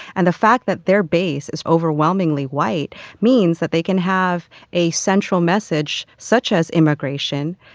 and the fact that their base is overwhelmingly white means that they can have a central message, such as immigration,